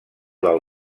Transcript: del